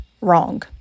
wrong